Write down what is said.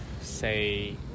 say